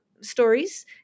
stories